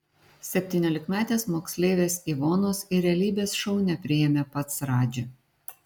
septyniolikmetės moksleivės ivonos į realybės šou nepriėmė pats radži